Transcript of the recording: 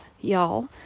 y'all